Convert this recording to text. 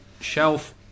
shelf